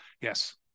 Yes